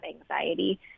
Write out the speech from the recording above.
anxiety